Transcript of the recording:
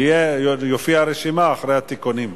תופיע רשימה אחרי התיקונים.